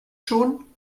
schon